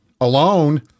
alone